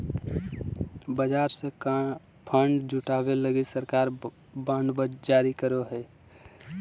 बाजार से फण्ड जुटावे लगी सरकार बांड जारी करो हय